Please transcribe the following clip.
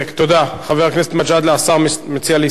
חבר הכנסת מג'אדלה, השר מציע להסתפק בתשובתו.